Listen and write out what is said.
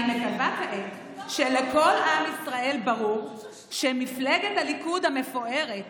אני מקווה כעת שלכל עם ישראל ברור שמפלגת הליכוד המפוארת